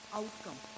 outcome